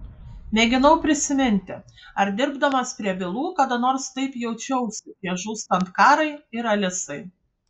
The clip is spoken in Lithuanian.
mėginau prisiminti ar dirbdamas prie bylų kada nors taip jaučiausi prieš žūstant karai ir alisai